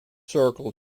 circle